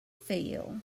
feel